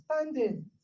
standing